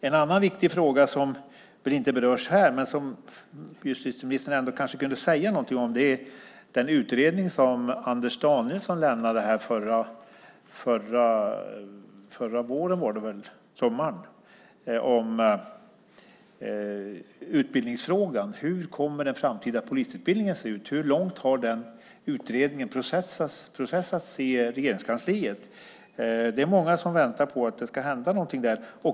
En annan viktig fråga som inte berörs här men som justitieministern ändå kanske kunde säga någonting om gäller den utredning som Anders Danielsson lämnade förra våren eller sommaren om utbildningsfrågan. Hur kommer den framtida polisutbildningen att se ut? Hur långt har utredningen processats i Regeringskansliet? Det är många som väntar på att det ska hända någonting där.